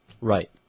Right